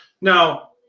Now